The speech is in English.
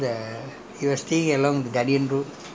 any teacher I remember mister peter because peter was